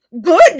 Good